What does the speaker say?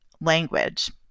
language